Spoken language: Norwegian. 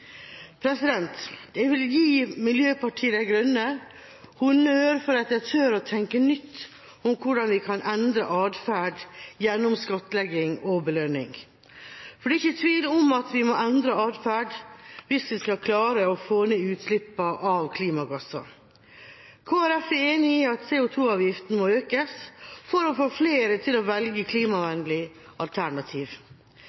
Jeg vil gi Miljøpartiet De Grønne honnør for at de tør å tenke nytt om hvordan vi kan endre adferd gjennom skattlegging og belønning, for det er ikke tvil om at vi må endre adferd hvis vi skal klare å få ned utslippene av klimagasser. Kristelig Folkeparti er enig i at CO 2 -avgiftene må økes for å få flere til å velge